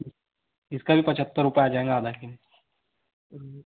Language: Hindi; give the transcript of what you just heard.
इसका भी पचहत्तर रुपये आ जाएगा आधा के